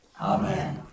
Amen